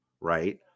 right